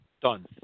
Done